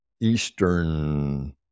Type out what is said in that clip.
Eastern